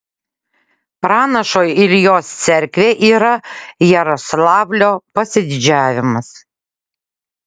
pranašo iljos cerkvė yra jaroslavlio pasididžiavimas